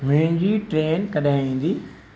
मुंहिंजी ट्रेन कॾहिं ईंदी